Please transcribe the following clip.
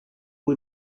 cui